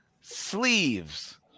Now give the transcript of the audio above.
sleeves